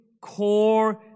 core